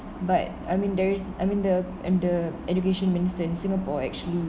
but I mean there's I mean the and the education minister in singapore actually